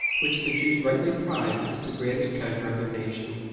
which the jews rightly prized as the greatest treasure of their nation!